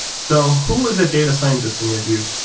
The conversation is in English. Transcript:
so who is a data scientist in your view?